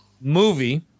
movie